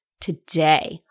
today